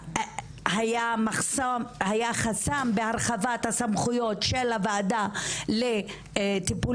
היה מחסום היה חסם בהרחבת הסמכויות של הוועדה לטיפול